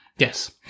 Yes